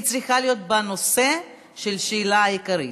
היא צריכה להיות בנושא של השאלה העיקרית.